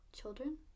Children